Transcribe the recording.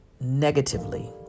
negatively